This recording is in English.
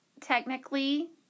technically